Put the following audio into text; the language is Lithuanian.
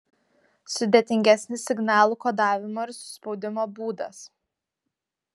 sudėtingesnis signalų kodavimo ir suspaudimo būdas